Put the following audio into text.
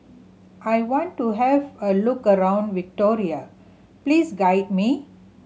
I want to have a look around Victoria please guide me